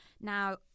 Now